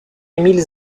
émile